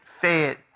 fed